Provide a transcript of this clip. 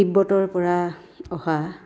তিব্বতৰ পৰা অহা